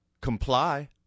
comply